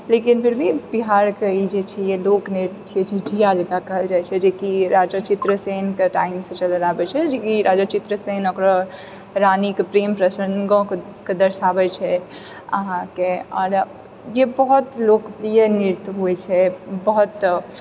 लेकिन फिरभी बिहार के ई जे छिए लोकनृत्य छिए झिझिया जकरा कहल जाइ छै जेकि राजा चित्रसेनके टाइमसँ चलल आबै छै जेकि राजा चित्रसेन ओकरा रानीके प्रेम प्रसङ्गके दर्शाबै छै अहाँके आओर जे बहुत लोकप्रिय नृत्य होइ छै बहुत